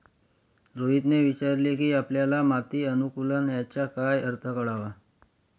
रोहितने विचारले की आपल्याला माती अनुकुलन याचा काय अर्थ कळला?